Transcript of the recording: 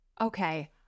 Okay